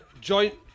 joint